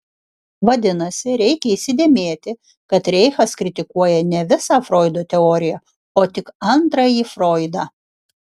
vadinasi reikia įsidėmėti kad reichas kritikuoja ne visą froido teoriją o tik antrąjį froidą